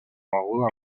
beguda